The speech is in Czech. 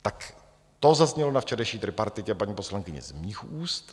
Tak to zaznělo na včerejší tripartitě, paní poslankyně, z mých úst.